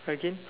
okay